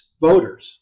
voters